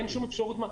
לדעתי אין שום אפשרות,